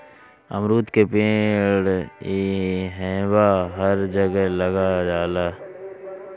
अमरूद के पेड़ इहवां हर जगह लाग जाला